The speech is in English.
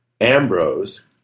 Ambrose